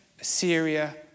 Assyria